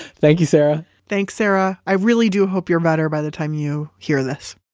thank you sarah thanks sarah. i really do hope you're better by the time you hear this